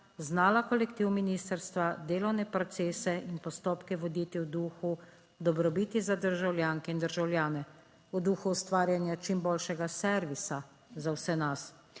znala kolektiv ministrstva, delovne procese in postopke voditi v duhu dobrobiti za državljanke in državljane, v duhu ustvarjanja čim boljšega servisa za vse nas.